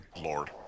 Lord